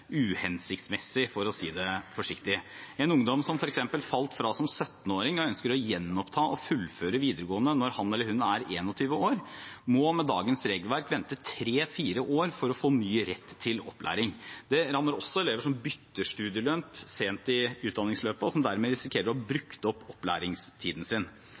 uhensiktsmessig, for å si det forsiktig. En ungdom som f.eks. falt fra som 17-åring og ønsker å gjenoppta og fullføre videregående når han eller hun er 21 år, må med dagens regelverk vente tre–fire år for å få ny rett til opplæring. Det rammer også elever som bytter studieretning sent i utdanningsløpet, og som dermed risikerer å ha brukt opp opplæringstiden sin.